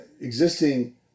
existing